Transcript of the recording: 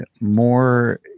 more